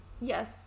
Yes